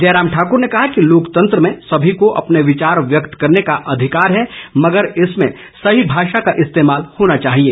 जयराम ठाक्र ने कहा कि लोकतंत्र में सभी को अपने विचार व्यक्त करने का अधिकार है मगर इसमें सही भाषा का इस्तेमाल होना चाहिए